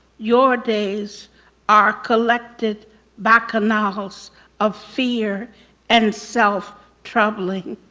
your days are collected bacchanals of fear and self troubling.